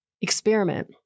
Experiment